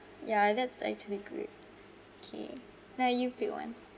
ya that's actually good okay now you pick one